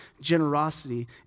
generosity